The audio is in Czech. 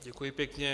Děkuji pěkně.